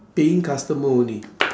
paying customer only